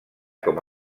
com